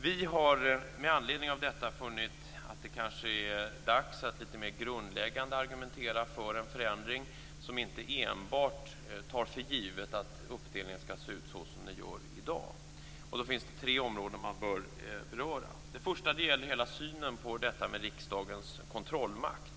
Vi har med anledning av detta funnit att det kanske är dags att litet mer grundläggande argumentera för en förändring som inte enbart tar för givet att uppdelningen skall se ut som den gör i dag. Då finns det några olika områden som man bör beröra. Det första gäller hela synen på detta med riksdagens kontrollmakt.